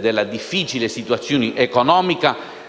della difficile situazione economica